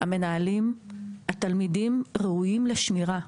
מנהלים ותלמידים ראויים לשמירה,